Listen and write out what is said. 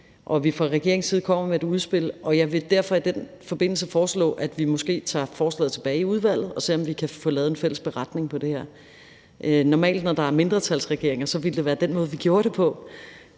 at vi fra regeringens side kommer med et udspil. Jeg vil derfor i den forbindelse foreslå, at vi måske tager forslaget tilbage i udvalget og ser, om vi kan få lavet en fælles beretning på det her. Normalt, når vi har mindretalsregeringer, vil det være den måde, vi gør det på,